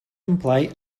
imply